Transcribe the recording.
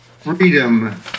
freedom